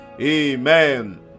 Amen